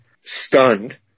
stunned